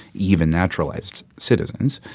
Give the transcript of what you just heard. even naturalized citizens.